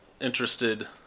interested